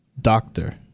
Doctor